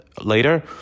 later